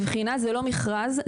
זה לא מכרז.